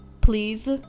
please